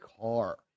car